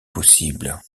possibles